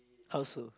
how so